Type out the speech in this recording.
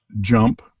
jump